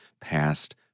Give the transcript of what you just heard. past